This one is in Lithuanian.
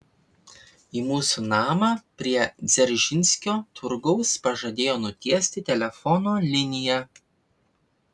į mūsų namą prie dzeržinskio turgaus pažadėjo nutiesti telefono liniją